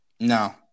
No